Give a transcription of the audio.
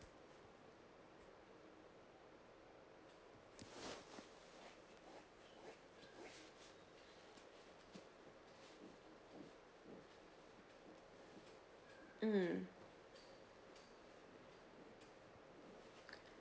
mm